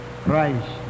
Christ